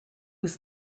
was